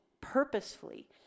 purposefully